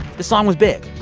the song was big,